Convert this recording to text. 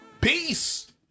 Peace